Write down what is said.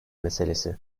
meselesi